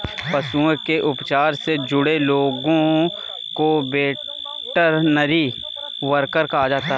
पशुओं के उपचार से जुड़े लोगों को वेटरनरी वर्कर कहा जा सकता है